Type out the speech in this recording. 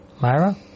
Myra